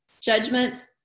judgment